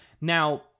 now